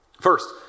First